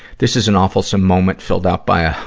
this is an awfulsome moment filled out by, ah,